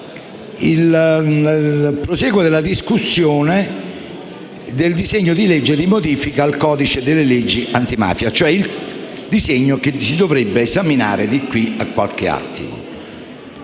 il proseguo della discussione del disegno di legge di modifica al codice delle leggi antimafia, ovvero il provvedimento che si dovrebbe esaminare da qui a qualche attimo.